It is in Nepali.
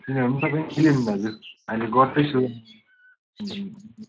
किनभने तपाईँ दाजु अहिले गर्दैछु